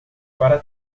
para